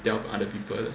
to other people